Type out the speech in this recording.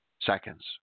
Seconds